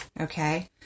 Okay